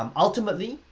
um ultimately,